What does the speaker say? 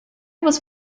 was